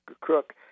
crook